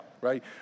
right